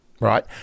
right